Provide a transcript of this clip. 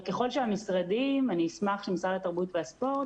אם משרד התרבות יפנה אלינו